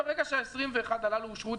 ברגע שה-21 עלה לאישור,